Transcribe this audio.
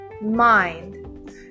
mind